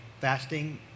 fasting